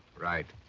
right.